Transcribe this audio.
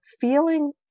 feeling